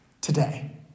today